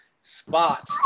spot